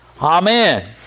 Amen